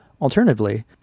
alternatively